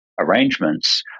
arrangements